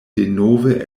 denove